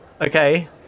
okay